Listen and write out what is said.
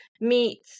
meat